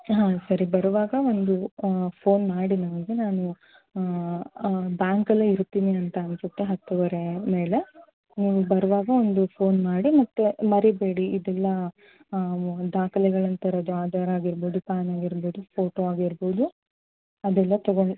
ಹಾಂ ಸರಿ ಬರುವಾಗ ಒಂದು ಫೋನ್ ಮಾಡಿ ನನಗೆ ನಾನು ಬ್ಯಾಂಕಲ್ಲೆ ಇರ್ತೀನಿ ಅಂತ ಅನಿಸುತ್ತೆ ಹತ್ತುವರೆ ಮೇಲೆ ನೀವು ಬರುವಾಗ ಒಂದು ಫೋನ್ ಮಾಡಿ ಮತ್ತೆ ಮರಿಬೇಡಿ ಇದೆಲ್ಲ ದಾಖಲೆಗಳನ್ನು ತರೋದು ಆಧಾರ್ ಆಗಿರ್ಬೋದು ಪ್ಯಾನ್ ಆಗಿರ್ಬೋದು ಫೋಟೋ ಆಗಿರ್ಬೋದು ಅದೆಲ್ಲ ತೊಗೊಂಡು